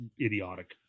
idiotic